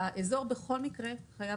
בכל מקרה.